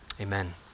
amen